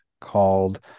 called